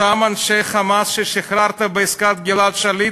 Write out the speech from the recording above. אותם אנשי "חמאס" ששחררת בעסקת גלעד שליט,